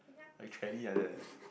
like tranny like that leh